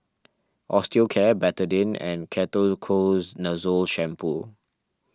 Osteocare Betadine and Ketoconazole Shampoo